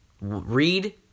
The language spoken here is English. read